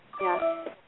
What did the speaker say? Yes